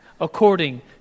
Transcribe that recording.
according